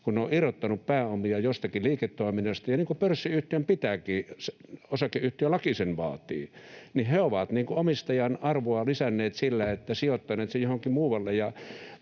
kun he ovat irrottaneet pääomia jostakin liiketoiminnasta — niin kuin pörssiyhtiön pitääkin, osakeyhtiölaki sen vaatii — ja he ovat omistajan arvoa lisänneet sillä, että ovat sijoittaneet sen johonkin muualle,